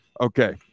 Okay